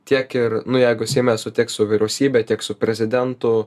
tiek ir nu jeigu seime sutiks su vyriausybe tiek su prezidentu